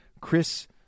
Chris